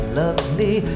lovely